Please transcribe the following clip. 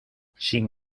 sin